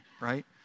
right